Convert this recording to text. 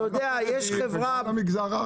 גם לחרדים וגם למגזר הערבי.